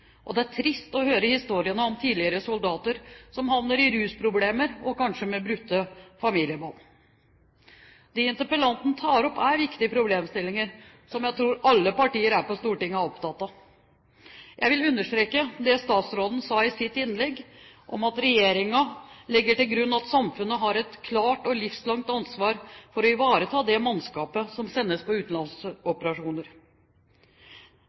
og det er trist å høre historiene om tidligere soldater som havner i rusproblemer og kanskje med brutte familiebånd. Det interpellanten tar opp, er viktige problemstillinger, som jeg tror alle partier her på Stortinget er opptatt av. Jeg vil understreke det statsråden sa i sitt innlegg om at regjeringen legger til grunn at samfunnet har et klart og livslangt ansvar for å ivareta det mannskapet som sendes